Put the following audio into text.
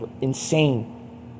insane